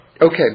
Okay